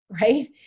right